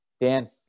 Dan